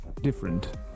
different